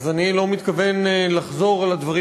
אז אני לא מתכוון לחזור על הדברים